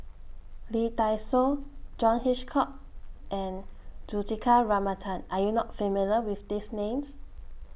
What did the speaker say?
Lee Dai Soh John Hitchcock and Juthika Ramanathan Are YOU not familiar with These Names